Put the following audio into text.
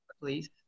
Please